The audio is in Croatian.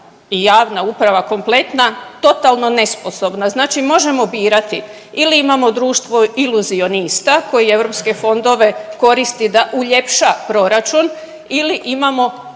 i jadna uprava kompletno totalno nesposobna, znači možemo birati. Ili imamo društvo iluzionista koji EU fondove koristi da uljepša proračun ili imamo